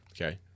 Okay